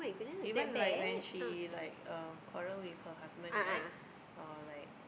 even like when she like uh quarrel with her husband right or like